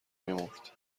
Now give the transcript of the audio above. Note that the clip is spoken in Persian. میمرد